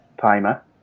timer